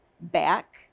back